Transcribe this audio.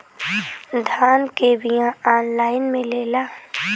धान के बिया ऑनलाइन मिलेला?